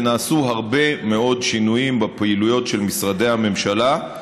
ונעשו הרבה מאוד שינויים בפעילויות של משרדי הממשלה,